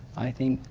i think,